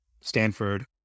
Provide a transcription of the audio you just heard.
Stanford